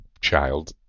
child